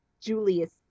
Julius